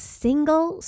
single